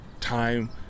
time